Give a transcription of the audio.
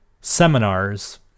seminars